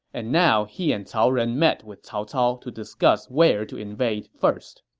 and now he and cao ren met with cao cao to discuss where to invade first